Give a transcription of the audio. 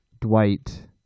Dwight